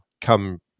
come